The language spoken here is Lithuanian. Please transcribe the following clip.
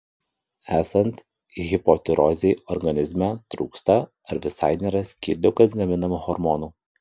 esant hipotirozei organizme trūksta ar visai nėra skydliaukės gaminamų hormonų